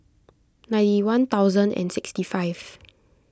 ninety one thousand and sixty five